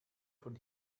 von